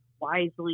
wisely